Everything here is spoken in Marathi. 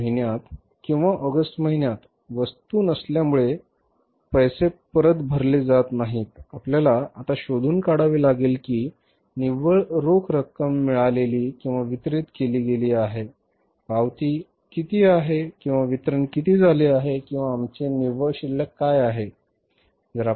जुलै महिन्यात किंवा ऑगस्ट महिन्यात वस्तू नसल्यामुळे परत पैसे भरले जात नाहीत आपल्याला आता शोधून काढावे लागेल की निव्वळ रोख रक्कम मिळालेली वितरित केली गेली आहे पावती किती आहे किंवा वितरण किती झाले किंवा आमचे निव्वळ शिल्लक काय आहे